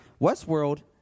Westworld